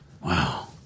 Wow